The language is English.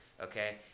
okay